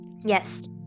yes